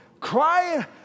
crying